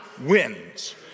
wins